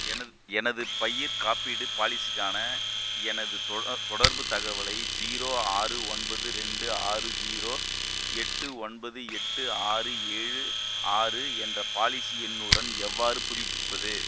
எனது எனது பயிர்க் காப்பீடு பாலிசிக்கான எனது தொடர்பு தொடர்புத் தகவலை ஜீரோ ஆறு ஒன்பது ரெண்டு ஆறு ஜீரோ எட்டு ஒன்பது எட்டு ஆறு ஏழு ஆறு என்ற பாலிசி எண்ணுடன் எவ்வாறு புதுப்பிப்பது